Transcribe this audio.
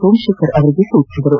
ಸೋಮಶೇಖರ್ ಅವರಿಗೆ ಸೂಚಿಸಿದರು